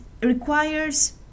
requires